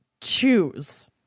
choose